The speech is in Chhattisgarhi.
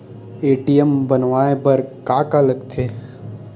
ए.टी.एम बनवाय बर का का लगथे?